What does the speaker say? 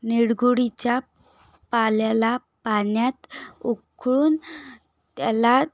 निरगुडीच्या पाल्याला पाण्यात उकळून त्याला